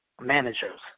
managers